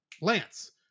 Lance